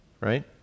right